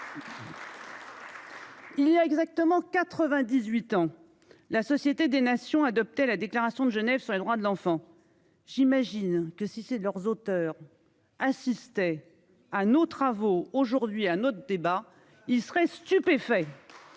Il y a exactement 98 ans, la société des nations adoptait la déclaration de Genève sur les droits de l'enfant. J'imagine que si c'est de leurs auteurs assistaient à nos travaux aujourd'hui à notre débat il serait stupéfait.